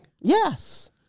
Yes